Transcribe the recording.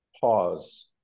pause